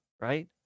right